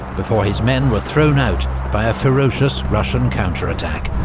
before his men were thrown out by a ferocious russian counterattack.